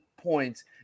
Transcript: points